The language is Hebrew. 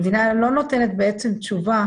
המדינה לא נותנת בעצם תשובה